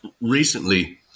recently